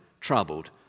troubled